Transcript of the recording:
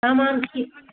سامان تہِ